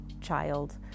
child